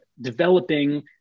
developing